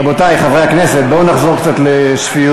רבותי חברי הכנסת, בואו נחזור קצת לשפיות.